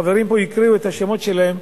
וחברים פה הקריאו את השמות שלהם,